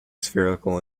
spherical